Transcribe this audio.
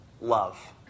love